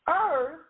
Earth